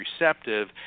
receptive